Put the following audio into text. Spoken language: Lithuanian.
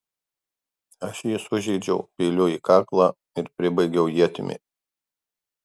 aš jį sužeidžiau peiliu į kaklą ir pribaigiau ietimi